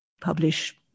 publish